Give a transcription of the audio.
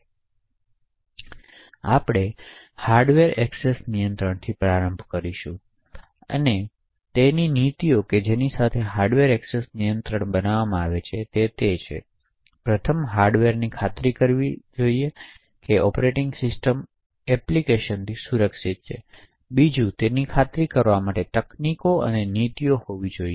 તેથી આપણે hardware access નિયંત્રણથી પ્રારંભ કરીશું તેથી નીતિઓ કે જેની સાથે હાર્ડવેર એક્સેસ નિયંત્રણ બનાવવામાં આવે છે તે છે પ્રથમ હાર્ડવેરને ખાતરી કરવી જોઈએ કે ઑપરેટિંગ સિસ્ટમ એપ્લિકેશનથી સુરક્ષિત છે બીજું તેની ખાતરી કરવા માટે તકનીકો અને નીતિઓ હોવા જોઈએ